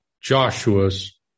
Joshua's